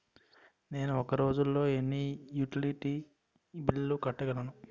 నేను ఒక రోజుల్లో ఎన్ని యుటిలిటీ బిల్లు కట్టగలను?